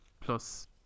plus